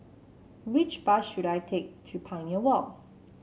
which bus should I take to Pioneer Walk